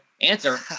Answer